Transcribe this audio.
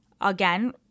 again